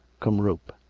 come rope!